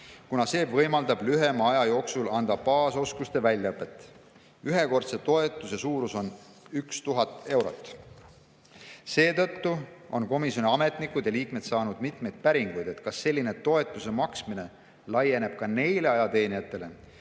kuna see võimaldab lühema aja jooksul anda baasoskuste väljaõpet. Ühekordse toetuse suurus on 1000 eurot. Seetõttu on komisjoni ametnikud ja liikmed saanud mitmeid päringuid selle kohta, kas selline toetuse maksmine laieneb ka neile ajateenijatele,